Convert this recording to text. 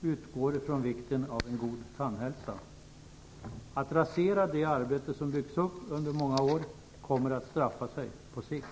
utgår från vikten av en god tandhälsa. Att rasera det arbete som byggs upp under många år kommer att straffa sig på sikt.